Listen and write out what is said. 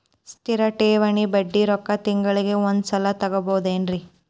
ಸ್ಥಿರ ಠೇವಣಿಯ ಬಡ್ಡಿ ರೊಕ್ಕ ತಿಂಗಳಿಗೆ ಒಂದು ಸಲ ತಗೊಬಹುದೆನ್ರಿ?